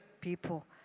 people